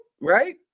right